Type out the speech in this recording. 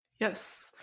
Yes